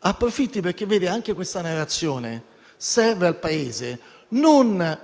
approfitti, perché anche questa narrazione serve al Paese non